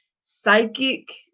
psychic